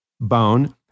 bone